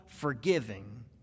forgiving